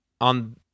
on